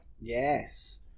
Yes